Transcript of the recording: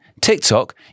TikTok